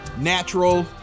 natural